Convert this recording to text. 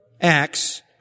Acts